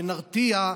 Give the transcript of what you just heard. ו"נרתיע"